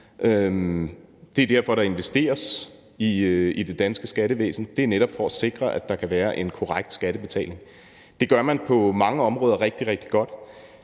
Det er derfor, der investeres i det danske skattevæsen. Det er netop for at sikre, at der kan være en korrekt skattebetaling. Det gør man på mange områder rigtig, rigtig godt.